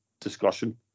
discussion